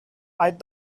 thought